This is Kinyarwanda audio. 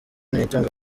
nitunga